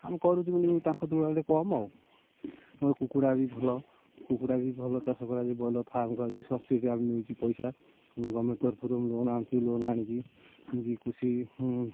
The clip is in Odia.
ଆମେ କରୁଥିଲୁ ତାଙ୍କ ତୁଳନାରେ କମ୍ ଆଉ ଆଉ କୁକୁଡ଼ା ବି ଭଲ କୁକୁଡ଼ା ବି ଭଲ ଚାଷ କରାଯାଏ ବ୍ରଏଲର୍ ଫାର୍ମ କରାଯାଏ ସବସିଡ଼ ଆମେ ମିଳୁଛି ପଇସା ଗଭର୍ଣ୍ଣମେଣ୍ଟ ତରଫରୁ ଲୋନ୍ ଆଣୁଛୁ ଲୋନ୍ ଆଣିକି କୃଷି ହୁଁ